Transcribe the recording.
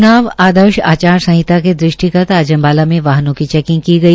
च्नाव आदर्श आचार संहिता के दृष्टिगत आज अम्बाला में वाहनों की चैकिंग की गई